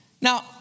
now